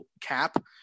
cap